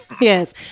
Yes